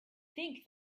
think